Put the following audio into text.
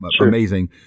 amazing